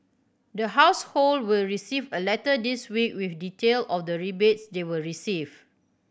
the household will receive a letter this week with detail of the rebates they will receive